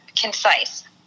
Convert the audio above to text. concise